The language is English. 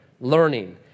learning